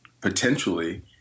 potentially